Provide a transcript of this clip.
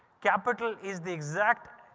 capital is the exact.